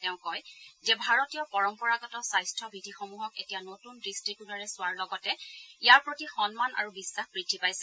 তেওঁ কয় যে ভাৰতীয় পৰম্পৰাগত স্বাস্থ বিধিসমূহক এতিয়া নতুন দৃষ্টিকোণেৰে চোৱাৰ লগতে ইয়াৰ প্ৰতি সন্মান আৰু বিশ্বাস বৃদ্ধি পাইছে